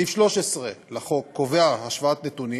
סעיף 13 לחוק קובע השוואת תנאים,